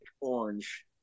orange